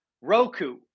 Roku